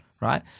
Right